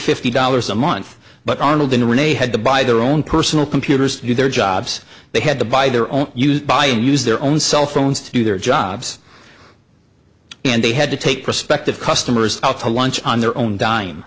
fifty dollars a month but arnold in rene had to buy their own personal computers do their jobs they had to buy their own used buy and use their own cell phones to do their jobs and they had to take prospective customers out to lunch on their own d